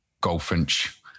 Goldfinch